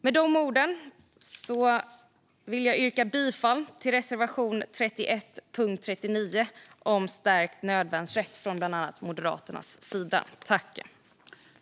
Med dessa ord vill jag yrka bifall till reservation 31 under punkt 39 från bland annat Moderaterna om stärkt nödvärnsrätt.